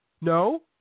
no